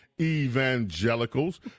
evangelicals